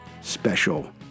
special